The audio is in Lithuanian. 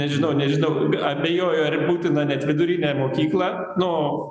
nežinau nežinau abejoju ar būtina net vidurinę mokyklą nu